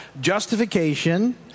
Justification